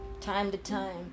time-to-time